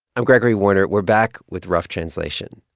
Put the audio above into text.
i'm gregory warner. we're back with rough translation.